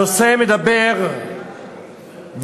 הנושא מדבר בעיקר,